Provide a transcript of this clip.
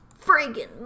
friggin